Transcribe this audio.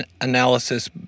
Analysis